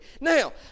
Now